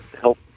help